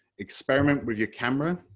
experiment with your camera,